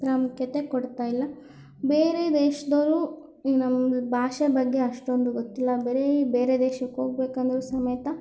ಪ್ರಾಮುಖ್ಯತೆ ಕೊಡ್ತಾ ಇಲ್ಲ ಬೇರೆ ದೇಶದವ್ರು ಈಗ ನಮ್ಗೆ ಭಾಷೆ ಬಗ್ಗೆ ಅಷ್ಟೊಂದು ಗೊತ್ತಿಲ್ಲ ಬರೀ ಬೇರೆ ದೇಶಕ್ಕೆ ಹೋಗ್ಬೇಕಂದ್ರೂ ಸಮೇತ